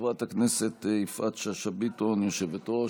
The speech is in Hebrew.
חברת הכנסת יפעת שאשא ביטון, יושבת-ראש,